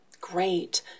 great